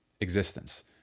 existence